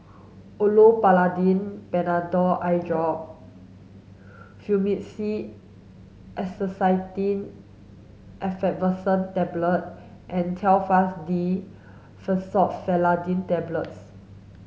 Olopatadine Patanol Eyedrop Fluimucil Acetylcysteine Effervescent Tablets and Telfast D Fexofenadine Tablets